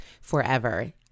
forever